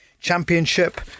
Championship